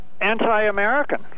anti-American